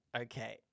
Okay